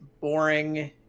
boring